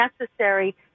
necessary